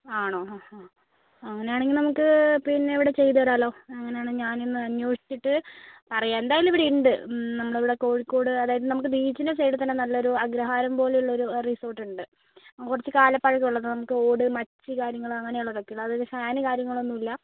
ആണോ ആ ആ അങ്ങനെ ആണെങ്കിൽ നമുക്ക് പിന്നെ ഇവിടെ ചെയ്ത് തരാമല്ലോ അങ്ങനെ ആണെങ്കിൽ ഞാൻ ഇന്ന് അന്വേഷിച്ചിട്ട് പറയാം എന്തായാലും ഇവിടെ ഉണ്ട് നമ്മൾ ഇവിട കോഴിക്കോട് അതായത് നമുക്ക് ബീച്ചിൻറ്റ സൈഡ് തന്നെ നല്ലൊരു അഗ്രഹാരം പോലെ ഉള്ളൊരു റിസോർട്ട് ഉണ്ട് കുറച്ച് കാലപ്പഴക്കം ഉള്ളതും നമുക്ക് ഓട് മച്ച് കാര്യങ്ങൾ അങ്ങനെ ഉള്ളതൊക്കെ ഉള്ളൂ അതായത് ഫാൻ കാര്യങ്ങൾ ഒന്നും ഇല്ല